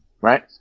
right